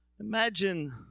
Imagine